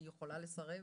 היא יכולה לסרב?